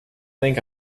think